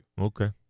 Okay